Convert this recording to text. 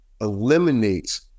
eliminates